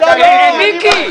למה לא?